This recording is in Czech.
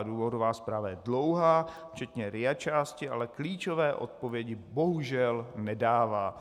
Důvodová zpráva je dlouhá, včetně RIA části, ale klíčové odpovědi bohužel nedává.